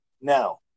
Now